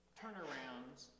turnarounds